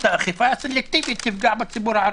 האכיפה הסלקטיבית תפגע בציבור הערבי.